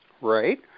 Right